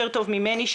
יותר טוב ממני,